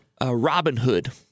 Robinhood